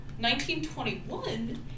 1921